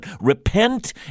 repent